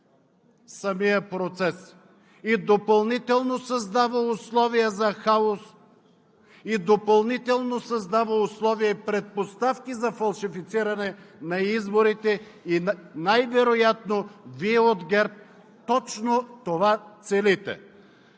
самия процес, създава условия за хаос и допълнително създава условия и предпоставки за фалшифициране на изборите и най-вероятно от ГЕРБ точно това целите.